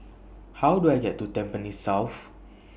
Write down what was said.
How Do I get to Tampines South